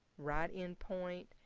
right end point,